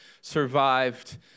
survived